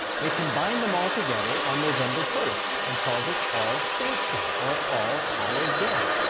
they combined them all together on november first and called it all saints day or all hallows day.